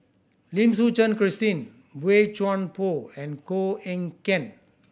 Lim Suchen Christine Boey Chuan Poh and Koh Eng Kian